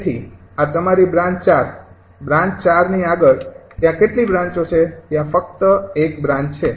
તેથી આ તમારી બ્રાન્ચ ૪ બ્રાન્ચ ૪ ની આગળ ત્યાં કેટલી બ્રાંચો છે ત્યાં ફક્ત ૧ બ્રાન્ચ છે